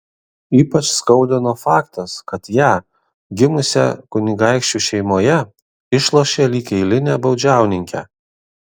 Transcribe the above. ypač skaudino faktas kad ją gimusią kunigaikščių šeimoje išlošė lyg eilinę baudžiauninkę